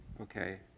Okay